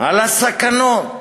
על הסכנות,